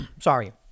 Sorry